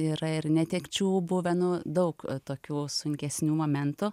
yra ir netekčių buvę nu daug tokių sunkesnių momentų